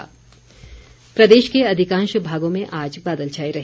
मौसम प्रदेश के अधिकांश भागों में आज बादल छाए रहे